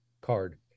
card